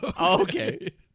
Okay